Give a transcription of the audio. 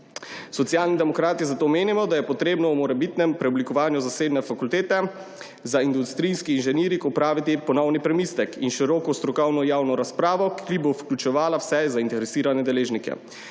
Socialni demokrati zato menimo, da je treba ob morebitnem preoblikovanju zasebne Fakultete za industrijski inženiring opraviti ponovni premislek in široko strokovno javno razpravo, ki bo vključevala vse zainteresirane deležnike.